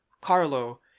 Carlo